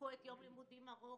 קחו את יום לימודים ארוך,